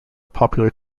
popular